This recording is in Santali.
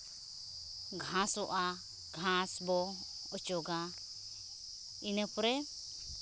ᱜᱷᱟᱸᱥᱚᱜᱼᱟ ᱜᱷᱟᱸᱥ ᱵᱚ ᱚᱪᱚᱜᱟ ᱤᱱᱟᱹ ᱯᱚᱨᱮ